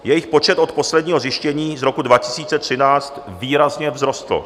Jejich počet od posledního zjištění z roku 2013 výrazně vzrostl.